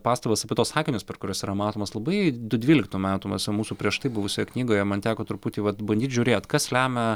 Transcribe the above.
pastabas apie tuos akinius per kuriuos yra matomas labai du dvyliktų metų va su mūsų prieš tai buvusioje knygoje man teko truputį vat bandyt žiūrėt kas lemia